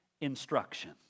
instruction